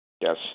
Yes